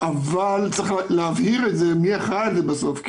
אבל צריך להבהיר מי אחראי על זה בסוף.